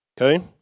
Okay